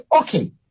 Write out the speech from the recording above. okay